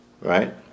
Right